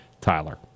Tyler